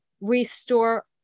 restore